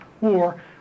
War